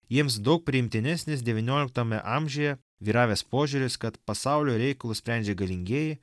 jiems daug priimtinesnis devynioliktame amžiuje vyravęs požiūris kad pasaulio reikalus sprendžia galingieji